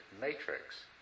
matrix